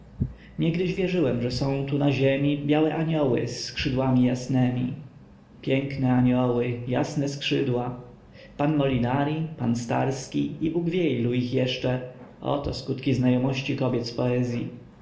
niegdyś wierzyłem że są tu na ziemi białe anioły z skrzydłami jasnemi piękne anioły jasne skrzydła pan molinari pan starski i bóg wie ilu ich jeszcze oto skutki znajomości kobiet z poezyi